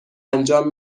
انجام